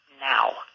now